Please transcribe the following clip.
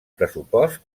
pressupost